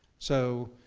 so,